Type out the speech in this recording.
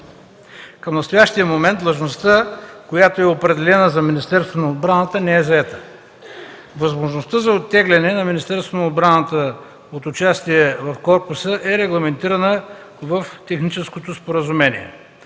Към настоящия момент длъжността, която е определена за Министерството на отбраната, не е заета. Възможността за оттегляне на Министерството на отбраната от участие в корпуса е регламентирана в Техническото споразумение.